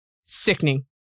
sickening